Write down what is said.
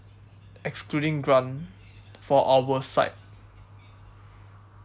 excluding grant for our site